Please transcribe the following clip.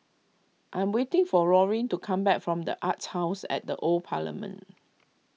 I am waiting for Rollin to come back from the Arts House at the Old Parliament